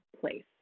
place